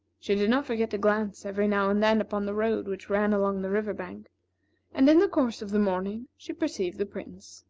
she did not forget to glance every now and then upon the road which ran along the river bank and, in the course of the morning, she perceived the prince.